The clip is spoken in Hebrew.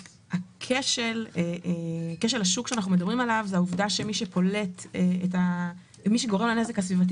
כשל השוק שאנחנו מדברים הוא מכך שמי שגורם לנזק הסביבתי